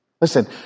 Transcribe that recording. Listen